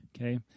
Okay